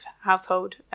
household